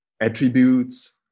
attributes